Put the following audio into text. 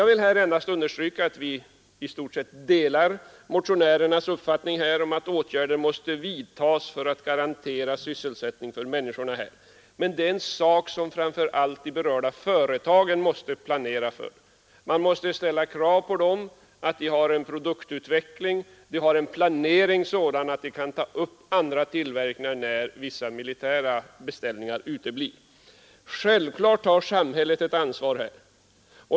Vi delar i stort sett motionärernas uppfattning om att åtgärder måste vidtagas för att garantera sysselsättningen för människorna, men det är en sak som framför allt de berörda företagen måste planera för. Vi måste kräva av dem att de har en sådan produktutveckling, en sådan planering att de kan ta upp andra tillverkningar, när vissa militära beställningar uteblir. Självklart har samhället ett ansvar.